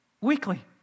weekly